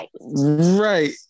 Right